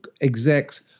execs